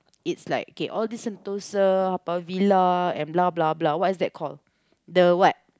it's like kay all this Sentosa Haw-Par-Villa and blah blah blah what is that call the what